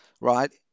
right